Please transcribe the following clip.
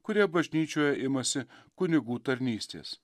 kurie bažnyčioje imasi kunigų tarnystės